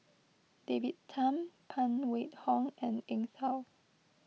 David Tham Phan Wait Hong and Eng Tow